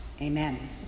Amen